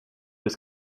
was